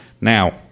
Now